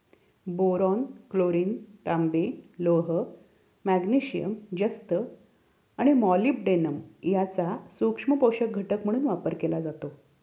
boron, chlorine, तांबे, लोह, magnesium, जस्त आणि मॉलिब्डेनम यांचा सूक्ष्म पोषक घटक म्हणून वापर केला जातो